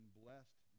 blessed